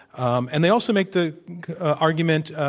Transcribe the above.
um and they also make the argument,